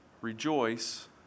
rejoice